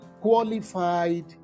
qualified